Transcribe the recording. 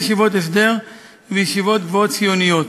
ישיבות הסדר וישיבות גבוהות ציוניות.